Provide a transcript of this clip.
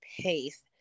pace